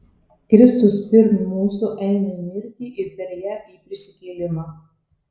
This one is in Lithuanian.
kristus pirm mūsų eina į mirtį ir per ją į prisikėlimą